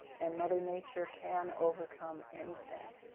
and mother nature can overcome anything.